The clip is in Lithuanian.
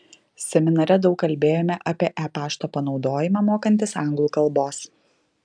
seminare daug kalbėjome apie e pašto panaudojimą mokantis anglų kalbos